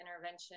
intervention